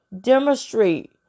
demonstrate